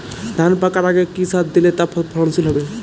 ধান পাকার আগে কি সার দিলে তা ফলনশীল হবে?